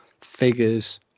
figures